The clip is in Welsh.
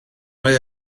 mae